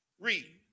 Read